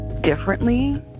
differently